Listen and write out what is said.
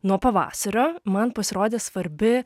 nuo pavasario man pasirodė svarbi